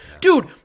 Dude